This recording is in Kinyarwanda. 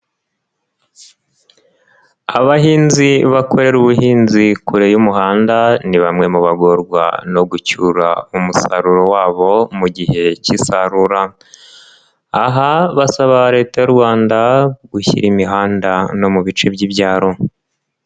Abahinzi bakorera ubuhinzi kure y'umuhanda ni bamwe mu bagorwa no gucyura umusaruro wabo mu gihe cy'isarura aha basaba Leta y'u Rwanda gushyira imihanda no mu bice by'ibyaro.